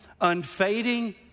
unfading